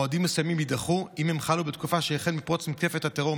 מועדים מסוימים יידחו אם הם חלו בתקופה שהחל מפרוץ מתקפת הטרור,